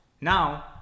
now